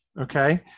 Okay